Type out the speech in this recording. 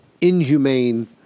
inhumane